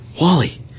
Wally